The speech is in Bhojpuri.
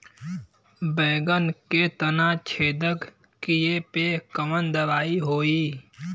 बैगन के तना छेदक कियेपे कवन दवाई होई?